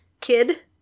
kid